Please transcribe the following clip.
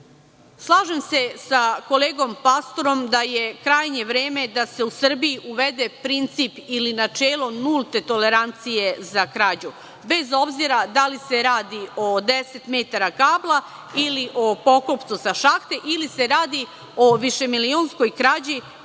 se sa kolegom Pastorom da je krajnje vreme da se u Srbiji uvede princip ili načelo nulte tolerancije za krađu, bez obzira da li se radi o 10 metara kabla ili o poklopcu sa šahte, ili se radi o višemilionskoj krađi,